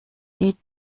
die